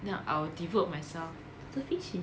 then I will devote myself the fishy